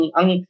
ang